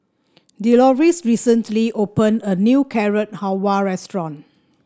Delois recently opened a new Carrot Halwa Restaurant